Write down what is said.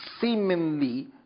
seemingly